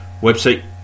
website